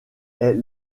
est